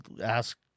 ask